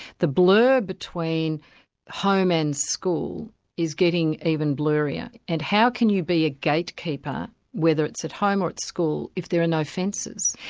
the blur between home and school is getting even blurrier, and how can you be a gatekeeper whether it's at home or at school, if there are no fences?